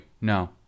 no